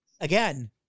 again